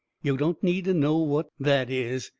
yo' don't need to know what that is.